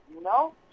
No